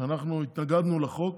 כשאנחנו התנגדנו לחוק